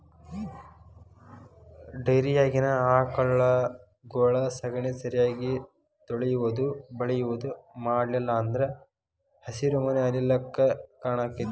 ಡೈರಿಯಾಗಿನ ಆಕಳಗೊಳ ಸಗಣಿ ಸರಿಯಾಗಿ ತೊಳಿಯುದು ಬಳಿಯುದು ಮಾಡ್ಲಿಲ್ಲ ಅಂದ್ರ ಹಸಿರುಮನೆ ಅನಿಲ ಕ್ಕ್ ಕಾರಣ ಆಕ್ಕೆತಿ